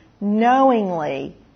knowingly